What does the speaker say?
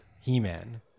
He-Man